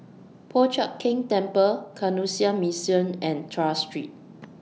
Po Chiak Keng Temple Canossian Mission and Tras Street